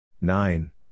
Nine